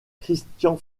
christian